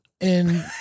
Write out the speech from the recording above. and-